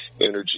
energy